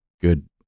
good